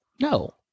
No